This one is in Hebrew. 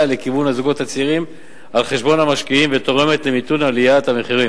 לכיוון הזוגות הצעירים על חשבון המשקיעים ותורמת למיתון עליית המחירים.